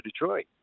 Detroit